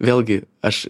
vėlgi aš